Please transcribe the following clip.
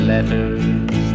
Letters